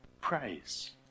praise